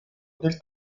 del